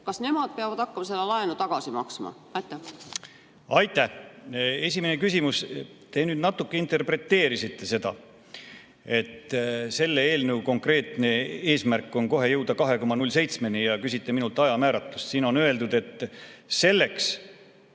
kas nemad peavad hakkama seda laenu tagasi maksma? Aitäh! Esimene küsimus, te nüüd natuke interpreteerisite seda, et selle eelnõu konkreetne eesmärk on kohe jõuda 2,07‑ni, ja küsite minult ajamääratlust. Siin on öeldud, et selleks,